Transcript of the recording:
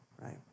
right